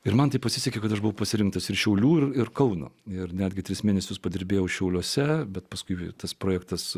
ir man taip pasisekė kad aš buvau pasirinktas ir šiaulių ir kauno ir netgi tris mėnesius padirbėjau šiauliuose bet paskui tas projektas